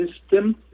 system